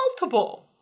multiple